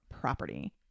property